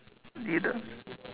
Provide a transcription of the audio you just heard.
you don't